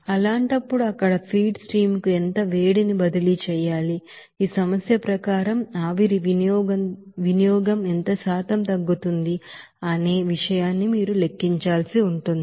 అలాంటప్పుడు అక్కడ feed stream కు ఎంత వేడిని బదిలీ చేయాలి ఈ సమస్య ప్రకారం ఆవిరి వినియోగంఎంత శాతం తగ్గుతుంది అనే విషయాన్ని మీరు లెక్కించాల్సి ఉంటుంది